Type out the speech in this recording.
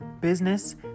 business